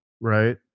Right